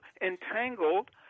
entangled